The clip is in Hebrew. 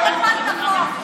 את הפלת את החוק,